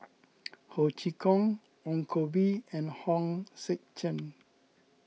Ho Chee Kong Ong Koh Bee and Hong Sek Chern